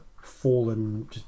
fallen